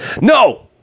no